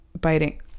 biting